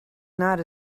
not